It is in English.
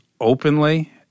openly